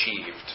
achieved